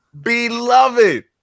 beloved